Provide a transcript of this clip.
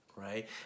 Right